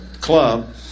club